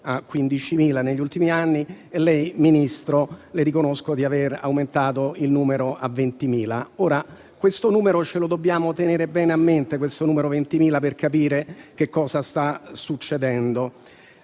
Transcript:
a 15.000 negli ultimi anni. Signor Ministro, le riconosco di avere aumentato il numero a 20.000. E questo numero dobbiamo tenere bene a mente, per capire che cosa sta succedendo.